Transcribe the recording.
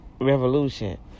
Revolution